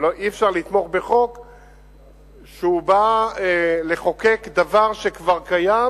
אבל אי-אפשר לתמוך בחוק שבא לחוקק דבר שכבר קיים